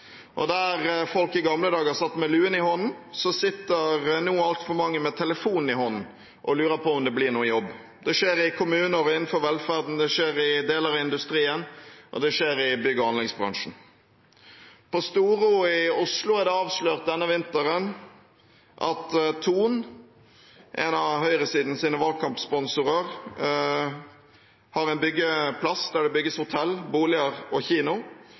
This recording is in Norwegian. Der folk i gamle dager sto med lua i hånda, sitter nå altfor mange med telefonen i hånden og lurer på om det blir noe jobb. Det skjer i kommuner og innenfor velferden, det skjer i deler av industrien, og det skjer i bygg- og anleggsbransjen. På Storo i Oslo har Thon, en av høyresidens valgkampsponsorer, en byggeplass der det bygges hotell, boliger og kino,